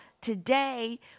today